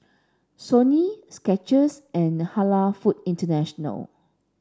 Sony Skechers and Halal Food International